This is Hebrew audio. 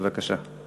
בבקשה.